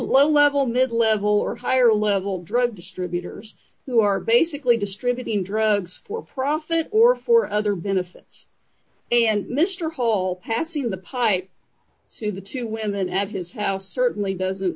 low level mid level or higher level drug distributors who are basically distributing drugs for profit or for other benefits and mr hall passing the pipe to the two women at his house certainly doesn't